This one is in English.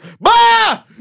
Bah